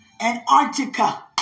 Antarctica